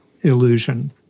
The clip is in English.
illusion